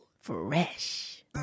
Fresh